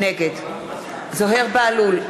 נגד זוהיר בהלול,